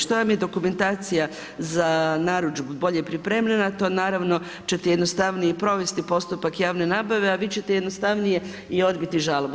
Što vam je dokumentacija za narudžbu bolje pripremljena to naravno ćete jednostavnije i provesti postupak javne nabave, a vi ćete jednostavnije i odbiti žalbu.